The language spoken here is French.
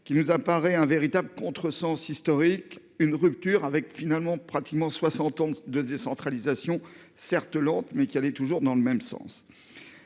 nous apparaît comme un véritable contresens historique, une rupture avec quasiment soixante ans de décentralisation, certes lente, mais qui allait toujours dans la même